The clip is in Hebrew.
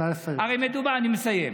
הרי מדובר, נא לסיים.